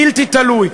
בלתי תלוי,